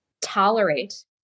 tolerate